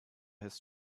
his